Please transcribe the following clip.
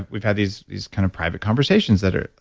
we've had these these kind of private conversations that are,